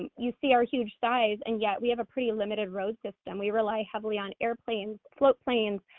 you see our huge size, and yet we have a pretty limited road system. we rely heavily on airplanes, float planes,